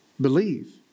Believe